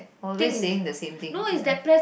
always saying the same thing